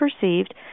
perceived